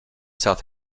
south